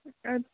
اَدٕ